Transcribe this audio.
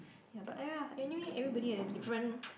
ya but ya anyway everybody have different